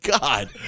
God